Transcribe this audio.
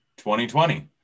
2020